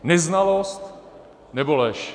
Neznalost, nebo lež.